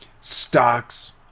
stocks